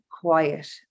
quiet